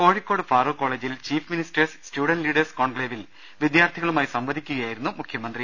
കോഴിക്കോട് ഫാറൂഖ് കോളജിൽ chief ministers student leaders കോൺക്ലേവിൽ വിദ്യാർഥികളുമായി സംവദിക്കുകയായിരുന്നു മുഖ്യമന്ത്രി